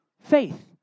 faith